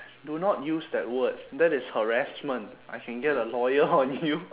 do not use that word that is harassment I can get a lawyer on you